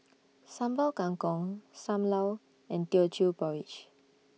Sambal Kangkong SAM Lau and Teochew Porridge